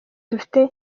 dufite